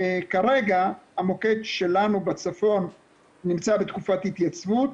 כרגע המוקד שלנו בצפון נמצא בתקופת התייצבות,